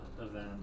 event